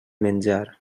menjar